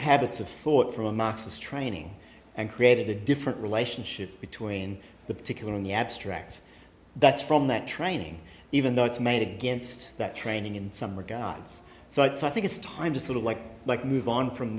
habits of thought from a marxist training and created a different relationship between the particular and the abstracts that's from that training even though it's made against that training in some regards so i think it's time to sort of like like move on from